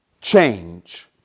change